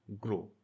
grow